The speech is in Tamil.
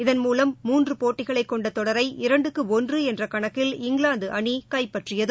இதன் மூலம் மூன்று போட்டிகளை கொண்ட தொடரை இரண்டுக்கு ஒன்று என்ற கணக்கில் இங்கிலாந்து அணி கைப்பற்றியது